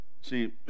See